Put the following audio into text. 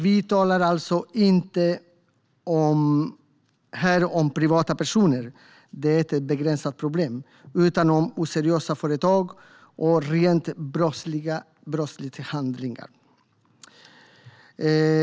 Här talar vi alltså inte om privatpersoner - det är ett begränsat problem - utan om oseriösa företag och rent brottsliga handlingar.